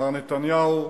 מר נתניהו,